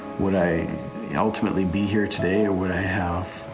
would i ultimately be here today? would i have